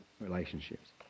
relationships